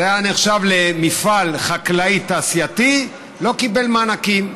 זה היה נחשב למפעל חקלאי תעשייתי, לא קיבל מענקים.